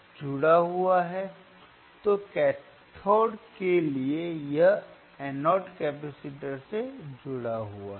तो कैथोड के लिए यह एनोड कैपेसिटर से जुड़ा हुआ है